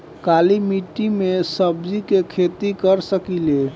काली मिट्टी में सब्जी के खेती कर सकिले?